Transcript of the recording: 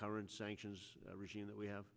current sanctions regime that we have